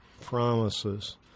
promises